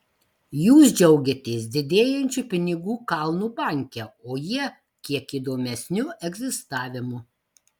jūs džiaugiatės didėjančiu pinigų kalnu banke o jie kiek įdomesniu egzistavimu